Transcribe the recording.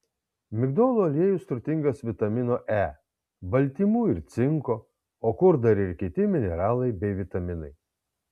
migdolų aliejus turtingas vitamino e baltymų ir cinko o kur dar ir kiti mineralai bei vitaminai